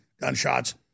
gunshots